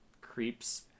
creeps